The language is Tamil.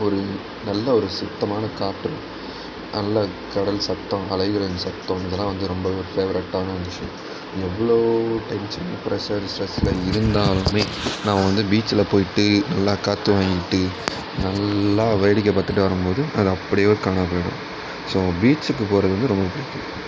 ஒரு நல்ல ஒரு சுத்தமான காற்று நல்ல கடல் சத்தம் அலைகளின் சத்தம் இதெல்லாம் வந்து ரொம்பவே ஃபேவரட்டான விஷயம் எவ்வளோ டென்ஷன் பிரஷர் ஸ்ட்ரெஸில் இருந்தாலுமே நான் வந்து பீச்சில போய்விட்டு நல்லா காற்று வாங்கிட்டு நல்லா வேடிக்கை பார்த்துட்டு வரும்போது அது அப்படியே காணாப்போயிடும் ஸோ பீச்க்கு போகறது வந்து ரொம்ப பிடிக்கும்